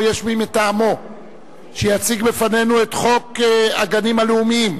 או יש מי מטעמו שיציג בפנינו את חוק הגנים הלאומיים?